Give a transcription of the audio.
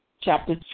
chapter